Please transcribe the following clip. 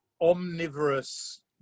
omnivorous